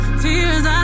tears